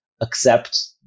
accept